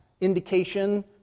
indication